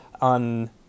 on